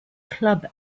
club